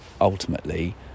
ultimately